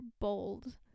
bold